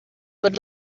would